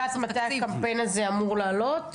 את יודעת מתי הקמפיין הזה אמור להעלות?